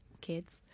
kids